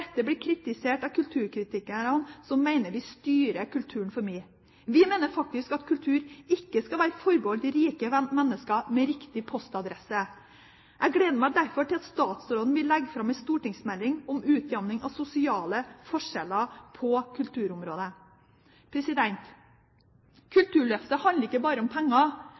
blir kritisert av kulturkritikerne, som mener vi styrer kulturen for mye. Vi mener faktisk at kultur ikke skal være forbeholdt rike mennesker med riktig postadresse. Jeg gleder meg derfor til at statsråden skal legge fram en stortingsmelding om utjamning av sosiale forskjeller på kulturområdet. Kulturløftet handler ikke bare om penger,